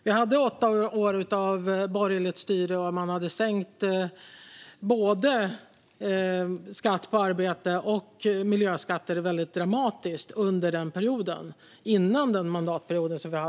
Vi hade åtta år med borgerligt styre då man under den perioden sänkte både skatt på arbete och miljöskatter väldigt dramatiskt.